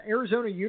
Arizona